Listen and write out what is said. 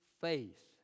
faith